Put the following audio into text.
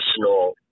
personal